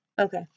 Okay